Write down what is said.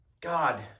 God